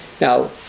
Now